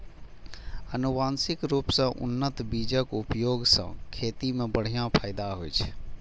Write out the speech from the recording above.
आनुवंशिक रूप सं उन्नत बीजक उपयोग सं खेती मे बढ़िया फायदा होइ छै